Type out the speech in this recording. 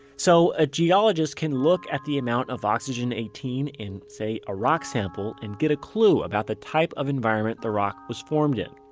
so a geologist can look at the amount of oxygen eighteen in, say, a rock sample and get a clue about the type of environment the rock was formed in